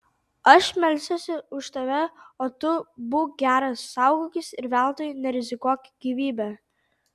aš melsiuosi už tave o tu būk geras saugokis ir veltui nerizikuok gyvybe